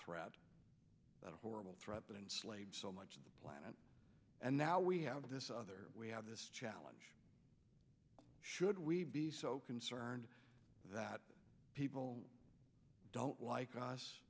threat that horrible threat been slaves so much of the planet and now we have this other we have this challenge should we be so concerned that people don't like us